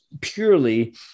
purely